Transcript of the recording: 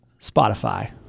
Spotify